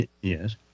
Yes